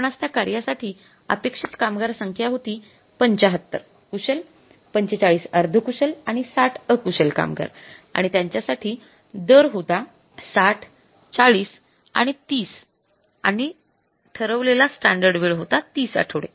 आपणास त्या कार्यासाठी अपेक्षित कामगार संख्या होती ७५ कुशल ४५ अर्धकुशल आणि ६० अकुशल कामगार आणि त्यांच्या साठी दर होता ६० ४० आणि ३० आणि ठरवलेला स्टॅंडर्ड वेळ होता ३० आठवडे